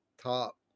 top